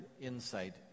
insight